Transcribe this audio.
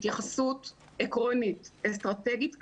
התייחסות עקרונית אסטרטגית כללית.